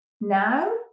Now